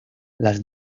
las